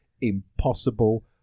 Impossible